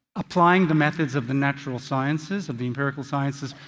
applying the methods of the natural sciences, of the empirical sciences,